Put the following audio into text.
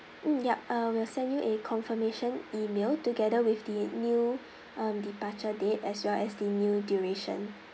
mm ya uh we'll send you a confirmation email together with the new um departure date as well as the new duration